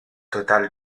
total